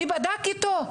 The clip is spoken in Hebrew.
מי בדק איתו?